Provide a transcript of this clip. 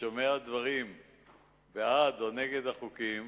ושומע דברים בעד או נגד החוקים,